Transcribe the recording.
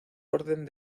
orden